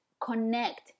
Connect